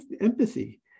empathy